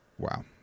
wow